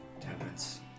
temperance